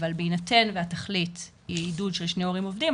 אבל בהינתן והתכלית היא עידוד של שני הורים עובדים,